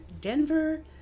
Denver